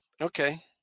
Okay